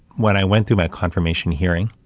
when i went through my confirmation hearing,